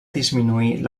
disminuir